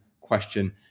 question